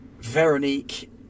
veronique